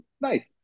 Nice